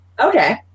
Okay